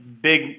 big